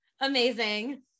amazing